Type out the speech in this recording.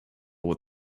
with